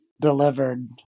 delivered